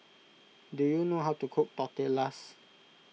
do you know how to cook Tortillas